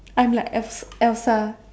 I'm like El~ Elsa